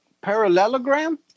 parallelogram